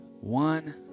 One